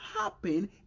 happen